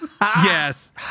Yes